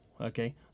Okay